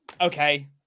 okay